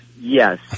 Yes